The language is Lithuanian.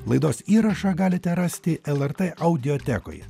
laidos įrašą galite rasti lrt audiotekoje